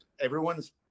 everyone's